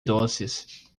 doces